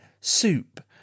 soup